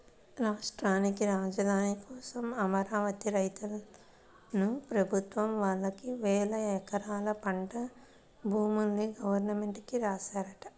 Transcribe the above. రాష్ట్రానికి రాజధాని కోసం అమరావతి రైతన్నలు ప్రభుత్వం వాళ్ళకి వేలెకరాల పంట భూముల్ని గవర్నమెంట్ కి రాశారంట